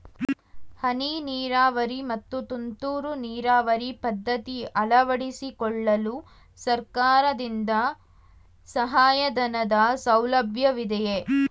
ಹನಿ ನೀರಾವರಿ ಮತ್ತು ತುಂತುರು ನೀರಾವರಿ ಪದ್ಧತಿ ಅಳವಡಿಸಿಕೊಳ್ಳಲು ಸರ್ಕಾರದಿಂದ ಸಹಾಯಧನದ ಸೌಲಭ್ಯವಿದೆಯೇ?